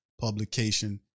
publication